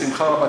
בשמחה רבה.